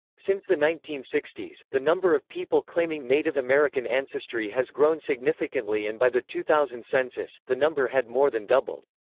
since the nineteen sixty s, the number of people claiming native american ancestry has grown significantly and by the two thousand census, the number had more than doubled.